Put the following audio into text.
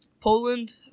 Poland